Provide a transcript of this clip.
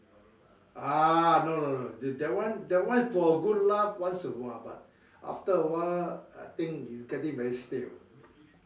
uh no no no that that that one that one for good laugh once a while but after a while I think you get it very stale